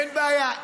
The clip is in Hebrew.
אין בעיה.